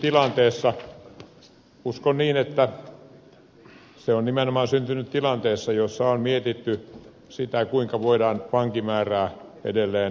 hallituksen esitys pantavalvontalaiksi on uskon niin nimenomaan syntynyt tilanteessa jossa on mietitty sitä kuinka voidaan vankimäärää edelleen vähentää